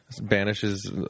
banishes